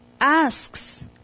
asks